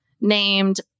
named